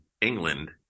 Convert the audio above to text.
England